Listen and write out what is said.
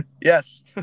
Yes